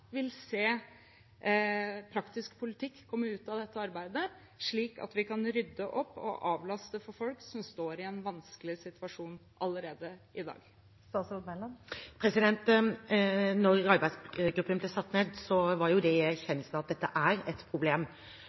rydde opp for folk som står i en vanskelig situasjon allerede i dag? Da arbeidsgruppen ble satt ned, var det i erkjennelse av at dette er et problem.